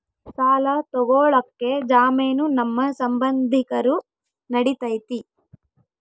ಸಾಲ ತೊಗೋಳಕ್ಕೆ ಜಾಮೇನು ನಮ್ಮ ಸಂಬಂಧಿಕರು ನಡಿತೈತಿ?